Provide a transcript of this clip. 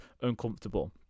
uncomfortable